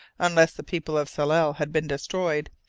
unless the people of tsalal had been destroyed,